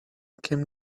came